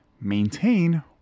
maintain